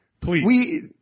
Please